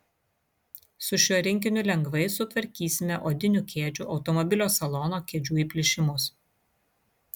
su šiuo rinkiniu lengvai sutvarkysime odinių kėdžių automobilio salono kėdžių įplyšimus